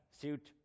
suit